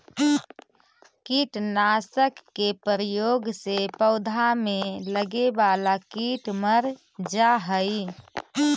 कीटनाशक के प्रयोग से पौधा में लगे वाला कीट मर जा हई